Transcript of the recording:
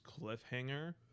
cliffhanger